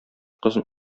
кызын